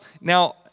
Now